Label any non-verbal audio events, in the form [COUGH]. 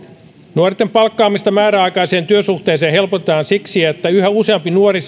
nuorten palkkaamista määräaikaiseen työsuhteeseen helpotetaan siksi että yhä useampi nuori [UNINTELLIGIBLE]